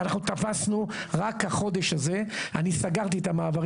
רק החודש הזה אני סגרתי את המעברים